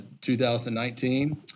2019